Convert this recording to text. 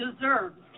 deserves